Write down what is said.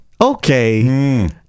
Okay